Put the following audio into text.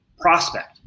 prospect